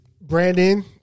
Brandon